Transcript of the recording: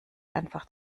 einfach